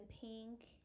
pink